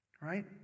Right